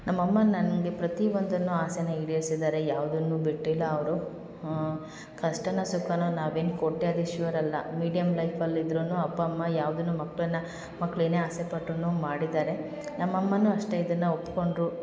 ನಮ್ಮ ಅಮ್ಮ ನನಗೆ ಪ್ರತಿಯೊಂದನ್ನೂ ಆಸೆನ ಈಡೇರ್ಸಿದ್ದಾರೆ ಯಾವುದನ್ನು ಬಿಟ್ಟಿಲ್ಲ ಅವರು ಕಷ್ಟವೋ ಸುಖವೋ ನಾವೇನೂ ಕೋಟ್ಯಧೀಶ್ವರ ಅಲ್ಲ ಮೀಡಿಯಮ್ ಲೈಫಲ್ಲಿ ಇದ್ರೂ ಅಪ್ಪ ಅಮ್ಮ ಯಾವುದನ್ನೂ ಮಕ್ಕಳನ್ನ ಮಕ್ಳ ಏನೇ ಆಸೆಪಟ್ರೂ ಮಾಡಿದ್ದಾರೆ ನಮ್ಮ ಅಮ್ಮನೂ ಅಷ್ಟೇ ಇದನ್ನು ಒಪ್ಪಿಕೊಂಡ್ರು